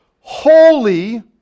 Holy